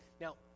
Now